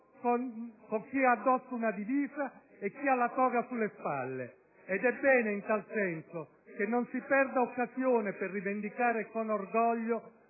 con chi indossa una divisa e chi ha la toga sulle spalle. Ed è bene in tal senso che non si perda occasione per rivendicare con orgoglio